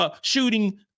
shooting